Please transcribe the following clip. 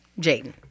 Jaden